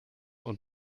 und